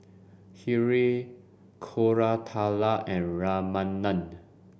Hri Koratala and Ramanand